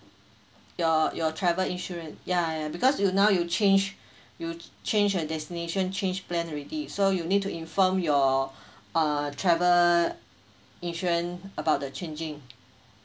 your your travel insurance yeah yeah because you now you change you change your destination change plan already so you need to inform your uh travel insurance about the changing